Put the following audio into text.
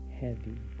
heavy